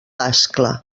ascla